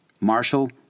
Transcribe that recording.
Marshall